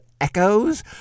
echoes